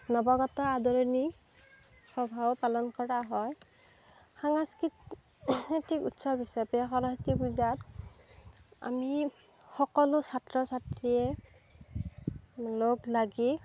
নৱাগত আদৰণি সভাও পালন কৰা হয় সাংস্কৃতিক উৎসৱ হিচাপে সৰস্বতী পূজাত আমি সকলো ছাত্ৰ ছাত্ৰীয়ে লগ লাগি